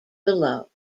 below